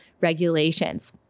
regulations